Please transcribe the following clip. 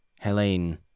Helene